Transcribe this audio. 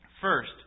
First